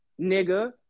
nigga